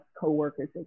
coworkers